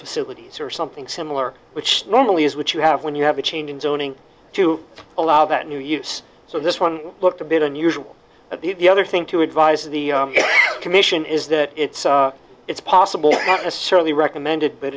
facilities or something similar which normally is what you have when you have a change in zoning to allow that new use so this one looked a bit unusual at the other thing to advise the commission is that it's it's possible that a certainly recommended but